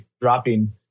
dropping